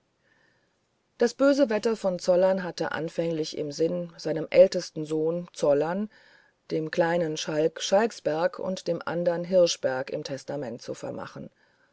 das böse wetter von zollern hatte anfänglich im sinn seinem ältesten sohn zollern dem kleinen schalk schalksberg und dem andern hirschberg im testament zu vermachen